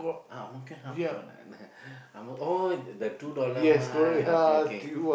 uh Ang-Mo-Kio half gonna eh Ang-Mo oh the two dollar one okay okay